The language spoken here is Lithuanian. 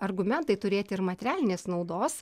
argumentai turėti ir materialinės naudos